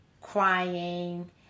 crying